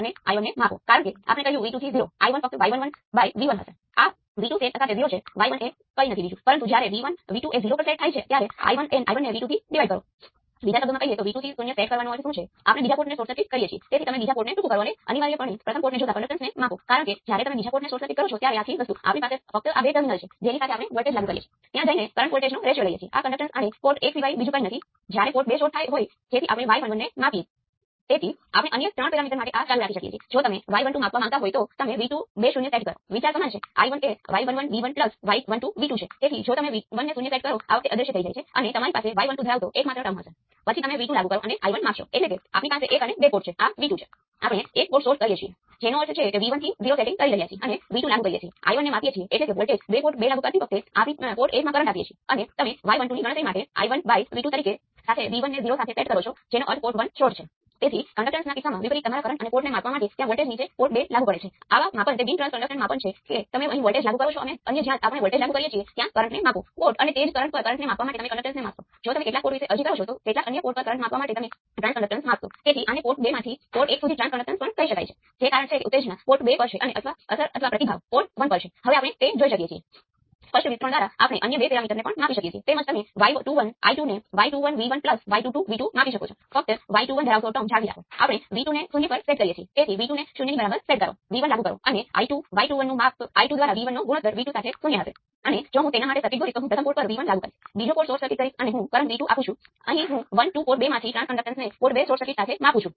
અને તે જ રીતે અન્ય બે પેરામિટર માટે હું પોર્ટ 2 પર કરંટ I2 લાગુ કરું છું અને V2 અને I1 માપું છું